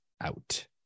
out